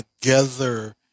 together